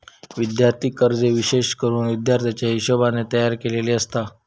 विद्यार्थी कर्जे विशेष करून विद्यार्थ्याच्या हिशोबाने तयार केलेली आसत